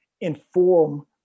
inform